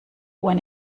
when